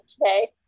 today